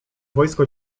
wojsko